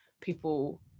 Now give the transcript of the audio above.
people